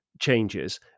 changes